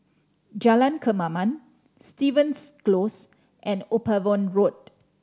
Jalan Kemaman Stevens Close and Upavon Road